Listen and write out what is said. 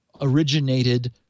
originated